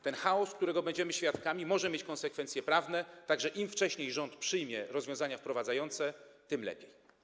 Ten chaos, którego będziemy świadkami, może mieć konsekwencje prawne, tak że im wcześniej rząd przyjmie rozwiązania wprowadzające, tym lepiej.